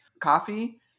coffee